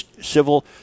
civil